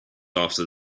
after